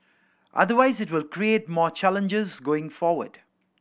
otherwise it will create more challenges going forward